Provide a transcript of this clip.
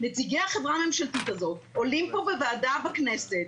נציגי החברה הממשלתית הזאת עולים פה בוועדה בכנסת,